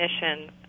mission